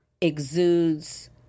exudes